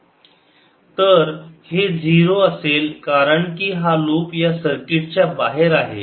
3IRI20 तर हे 0 असेल कारण की हा लुप या सर्किट च्या बाहेर आहे